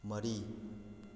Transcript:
ꯃꯔꯤ